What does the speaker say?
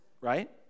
right